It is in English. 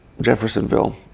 Jeffersonville